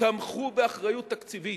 תמכו באחריות תקציבית,